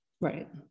right